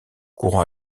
courant